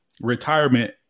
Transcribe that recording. retirement